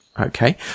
Okay